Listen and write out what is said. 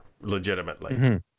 legitimately